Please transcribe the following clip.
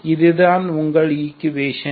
ஆகவே இது தான் உங்கள் ஈக்குவேஷன்